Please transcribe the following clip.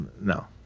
No